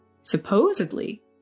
supposedly